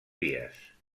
vies